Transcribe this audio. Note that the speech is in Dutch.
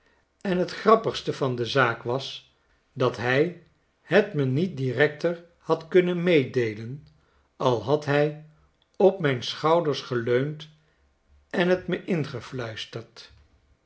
en het grappigste van de zaak was dat hij het me niet director had kunnen meedeelen al had hij op mijn schouders geleund en j t me ingefluisterd